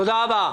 תודה רבה.